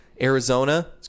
Arizona